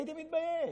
הייתי מתבייש.